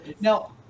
Now